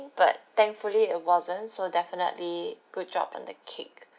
but thankfully it wasn't so definitely good job on the cake